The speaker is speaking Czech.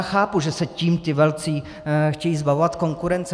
Chápu, že se tím ti velcí chtějí zbavovat konkurence.